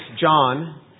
John